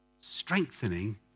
strengthening